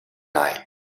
night